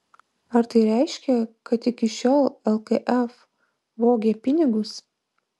ar tai reiškia kad iki šiol lkf vogė pinigus